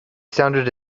sounded